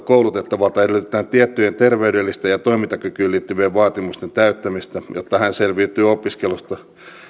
koulutettavalta edellytetään tiettyjen ter veydellisten ja toimintakykyyn liittyvien vaatimusten täyttämistä jotta hän selviytyy opiskelusta